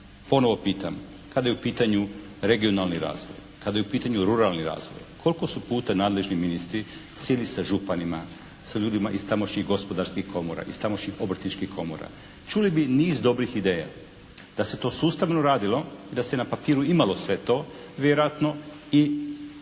Ponovo pitam kada je u pitanju regionalni razvoj, kada je u pitanju ruralni razvoj koliko su puta nadležni ministri sjeli sa županima, sa ljudima iz tamošnjih gospodarskih komora, iz tamošnjih obrtničkih komora čuli bi niz dobrih ideja. Da se to sustavno radilo i da se na papiru imalo sve to vjerojatno i